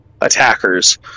attackers